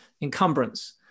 encumbrance